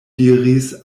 diris